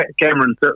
Cameron